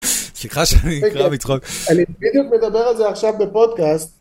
סליחה שאני נקרע מצחוק. אני בדיוק מדבר על זה עכשיו בפודקאסט.